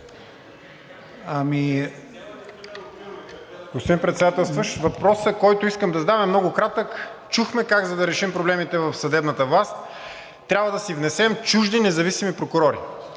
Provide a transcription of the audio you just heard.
Господин Председателстващ, въпросът, който искам да задам, е много кратък. Чухме как за да решим проблемите в съдебната власт, трябва да си внесем чужди независими прокурори,